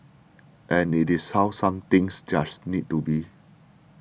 and it is how some things just need to be